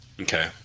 Okay